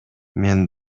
мен